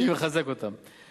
אני מחזק אותם.